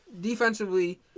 Defensively